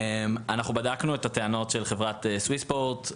בדקנו את הטענות של חברת סוויספורט,